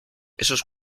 esos